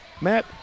Matt